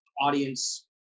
audience